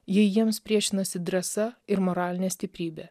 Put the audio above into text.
jei jiems priešinasi drąsa ir moralinė stiprybė